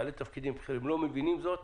בעלי תפקידים בכירים מבינים זאת,